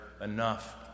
enough